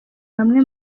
bamwe